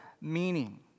meaning